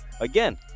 Again